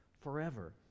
forever